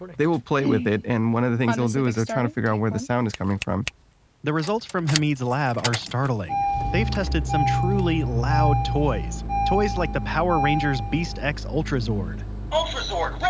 they will play with it and one of the things they'll do is they're trying to figure out where the sound is coming from the results from hamid's lab are startling. they've tested some truly loud toys. toys like the power rangers beast-x ultrazord ultrazord